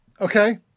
Okay